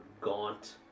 gaunt